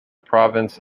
province